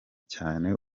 cyane